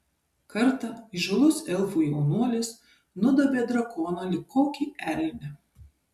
kartą įžūlus elfų jaunuolis nudobė drakoną lyg kokį elnią